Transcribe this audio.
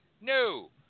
no